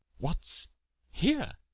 what's here?